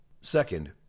Second